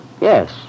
Yes